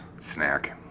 Snack